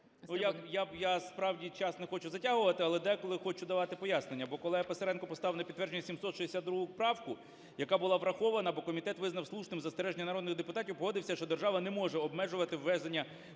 Я, справді, час не хочу затягувати, але деколи хочу давати пояснення, бо колега Писаренко поставив на підтвердження 762 правку, яка була врахована, бо комітет визнав слушним застереження народних депутатів, погодився, що держава не може обмежувати ввезення в